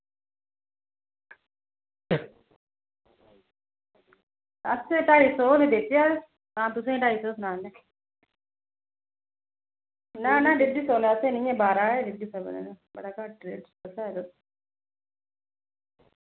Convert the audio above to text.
असें ढाई सौ गै बेचेआ तां तुसेंगी ढाई सौ गै सनान्ने ना ना डेढ़ सौ कन्नै असें निं ऐ बारै एह् डेढ़ सौ कन्नै बड़ा घट्ट रेट ऐ एह्